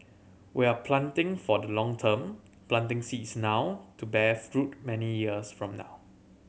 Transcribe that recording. we are planting for the long term planting seeds now to bear fruit many years from now